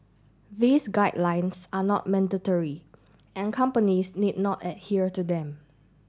these guidelines are not mandatory and companies need not adhere to them